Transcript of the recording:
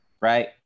right